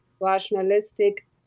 rationalistic